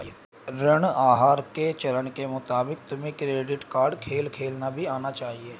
ऋण आहार के एक चरण के मुताबिक तुम्हें क्रेडिट कार्ड खेल खेलना भी आना चाहिए